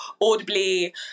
audibly